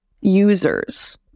users